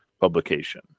publication